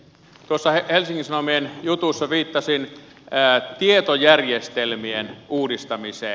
tuossa helsingin sanomien jutussa viittasin tietojärjestelmien uudistamiseen